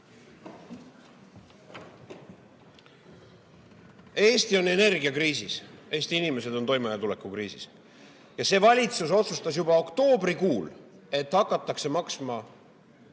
Eesti on energiakriisis, Eesti inimesed on toimetulekukriisis. Valitsus otsustas juba oktoobrikuus, et hakatakse maksma